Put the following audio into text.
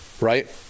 right